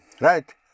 Right